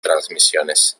transmisiones